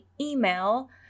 email